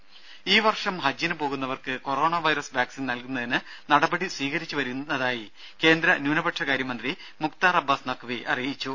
ദേദ ഈ വർഷം ഹജ്ജിന് പോകുന്നവർക്ക് കൊറോണ വൈറസ് വാക്സിൻ നൽകുന്നതിന് നടപടി സ്വീകരിച്ചു വരുന്നതായി കേന്ദ്ര ന്യൂനപക്ഷകാര്യ മന്ത്രി മുക്താർ അബ്ബാസ് നഖ് വി അറിയിച്ചു